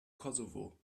kosovo